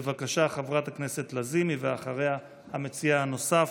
בבקשה, חברת הכנסת לזימי, ואחריה, המציע הנוסף,